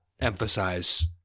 emphasize